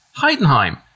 Heidenheim